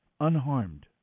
unharmed